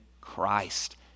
Christ